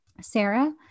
Sarah